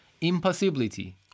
impossibility